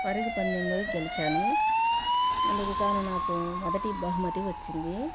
పరుగు పందెంలో గెలిచాను అందుకుగాను నాకు మొదటి బహుమతి వచ్చింది